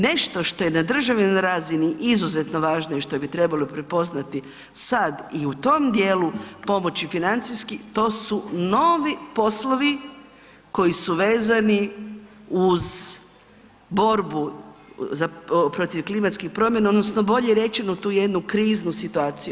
Nešto što je na državnoj razini izuzetno važno i što bi trebalo prepoznati sad i u tom djelu pomoći financijski, to su novi poslovi koji su vezani uz borbu protiv klimatskih promjena odnosno bolje rečeno tu jednu kriznu situaciju.